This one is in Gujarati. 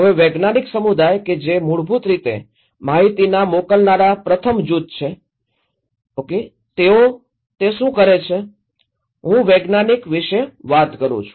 હવે વૈજ્ઞાનિક સમુદાય કે જે મૂળભૂત રીતે માહિતીના મોકલનારા પ્રથમ જૂથ છે તીઓ તે શું કરે છે હું વૈજ્ઞાનિક વિશે વાત કરું છું